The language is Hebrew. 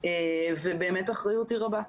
ובאמת האחריות היא רבה.